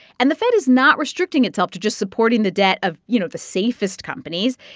and the fed is not restricting itself to just supporting the debt of, you know, the safest companies.